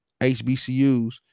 HBCUs